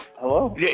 hello